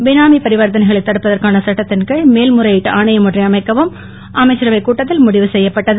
பினாமி பரிவர்த்தனைகளைத் தடுப்படுதற்கான சட்டத்தின் கீழ் மேல் முறையீட்டு ஆணையம் ஒன்றை அமைக்கவும் அமைச்சரவைக் கூட்டத்தில் முடிவு செய்யப்பட்டது